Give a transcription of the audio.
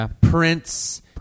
Prince